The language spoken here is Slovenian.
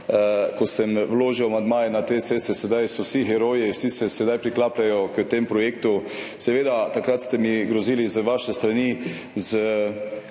ko sem vložil amandmaje na te ceste. Sedaj so vsi heroji, vsi se sedaj priklapljajo k temu projektu. Takrat ste mi grozili z vaše strani